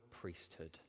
priesthood